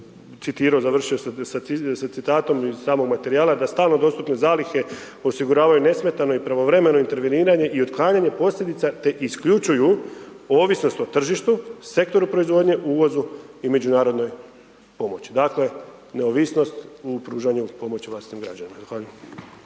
citirao, završio s citatom iz samog materijala, da stalno dostupne zalihe osiguravaju nesmetano i pravovremeno interveniranje i otklanjanje posljedica te isključuju ovisnost o tržištu, sektoru proizvodnje, uvozu i međunarodnoj pomoći. Dakle, neovisnost u pružanju pomoći vlastitim građanima.